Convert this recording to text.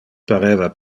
pareva